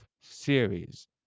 series